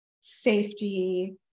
safety